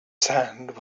sand